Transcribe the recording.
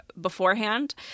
beforehand